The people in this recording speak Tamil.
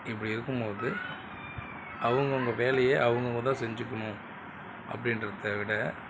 இப்படி இருக்கும்போது அவுங்கவங்க வேலையை அவுங்கவங்கதான் செஞ்சுக்கணும் அப்படின்றத விட